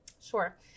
Sure